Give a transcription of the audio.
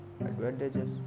advantages